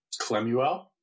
Clemuel